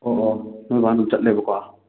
ꯑꯣ ꯑꯣ ꯅꯣꯏ ꯕꯥꯅ ꯑꯗꯨꯝ ꯆꯠꯂꯦꯕꯀꯣ